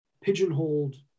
pigeonholed